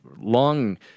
long